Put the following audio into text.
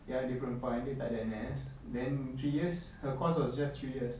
ya different dia tak ada N_S then three years her course was just three years